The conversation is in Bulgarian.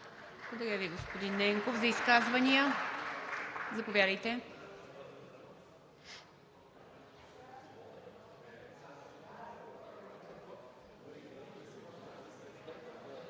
Благодаря Ви, господин Ненков. За изказвания? Заповядайте.